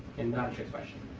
and not a trick question.